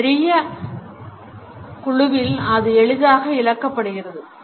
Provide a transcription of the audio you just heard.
ஒரு பெரிய குழுவில் அது எளிதாக இழக்கப்படுகிறது